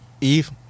Eve